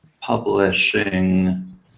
publishing